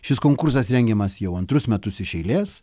šis konkursas rengiamas jau antrus metus iš eilės